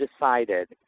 decided